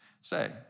say